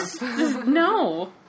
No